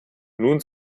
nun